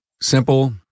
simple